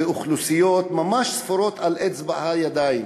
באוכלוסיות ממש ספורות על אצבעות הידיים,